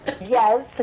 yes